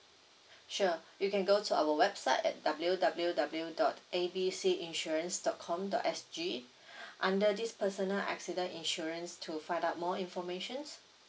sure you can go to our website at W_W_W dot A B C insurance dot com dot S_G under this personal accident insurance to find out more information